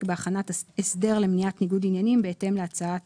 בהכנת הסדר למניעת ניגוד עניינים בהתאם להצעת